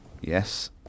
Yes